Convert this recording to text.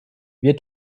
wir